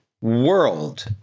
world